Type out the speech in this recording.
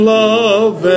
love